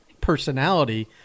personality